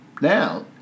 now